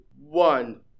one